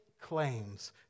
claims